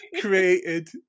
created